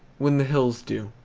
when the hills do.